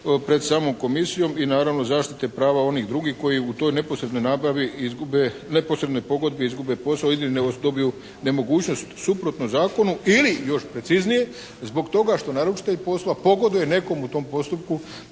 pred samom Komisijom i naravno zaštite prava onih drugih koji u toj neposrednoj nabavi izgube, neposrednoj pogodbi izgube posao ili dobiju nemogućnost suprotno zakonu ili još preciznije zbog toga što naručitelj posla pogoduje nekom u tom postupku,